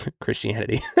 christianity